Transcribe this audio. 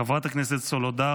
חברת הכנסת סולודר,